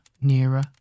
nearer